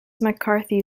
mccarthy